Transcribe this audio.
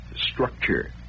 structure